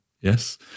Yes